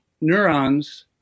neurons